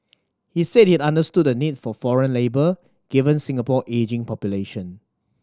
he said he understood the need for foreign labour given Singapore ageing population